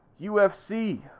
UFC